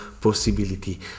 possibility